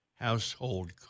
household